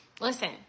listen